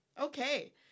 Okay